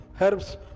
herbs